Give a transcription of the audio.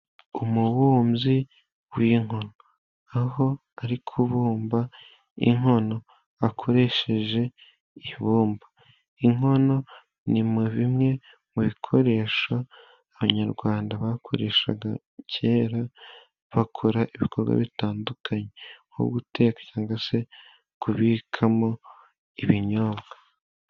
Umubumbyi w'inkono, aho ari kubumba inkono akoresheje ibumba, inkono ni mu bimwe mu bikoresho abanyarwanda bakoreshaga kera, bakora ibikorwa bitandukanye nko guteka cyangwa se kubikamo ibinyobwa.